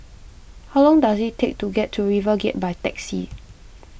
how long does it take to get to RiverGate by taxi